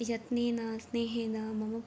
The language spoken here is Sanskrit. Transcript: यत्नेन स्नेहेन मम